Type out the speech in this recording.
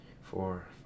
four